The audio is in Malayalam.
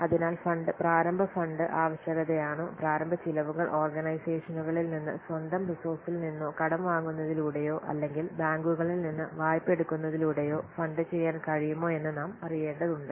അതിനാൽ ഫണ്ട് പ്രാരംഭ ഫണ്ട് ആവശ്യകതയാണോ പ്രാരംഭ ചെലവുകൾ ഓർഗനൈസേഷനുകളിൽ നിന്ന് സ്വന്തം റിസോർസിൽ നിന്നോ കടം വാങ്ങുന്നതിലൂടെയോ അല്ലെങ്കിൽ ബാങ്കുകളിൽ നിന്ന് വായ്പയെടുക്കുന്നതിലൂടെയോ ഫണ്ട് ചെയ്യാൻ കഴിയുമോ എന്ന് നാം അറിയേണ്ടതുണ്ട്